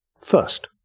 first